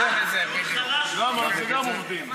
טיעון חלש מאוד.